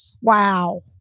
wow